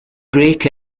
break